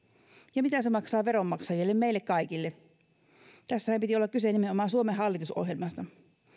ja mitä se maksaa veronmaksajille meille kaikille tässähän piti olla kyse nimenomaan suomen hallitusohjelmasta